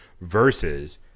versus